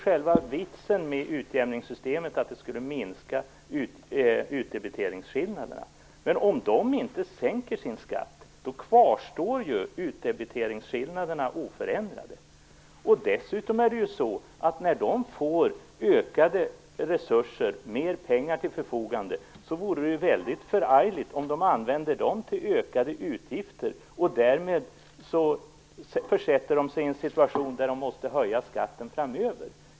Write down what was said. Vitsen med utjämningssystemet var ju att det skulle minska utdebiteringsskillnaderna. Men om vinnarna inte sänker sin skatt, kvarstår ju utdebiteringsskillnaderna oförändrade. När de dessutom får mer pengar till förfogande, vore det väldigt förargligt om de använde dem till ökade utgifter och därmed försätter sig i en situation där de måste höja skatten framöver.